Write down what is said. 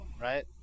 right